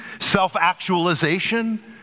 self-actualization